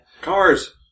Cars